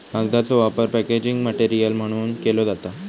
कागदाचो वापर packaging material म्हणूनव केलो जाता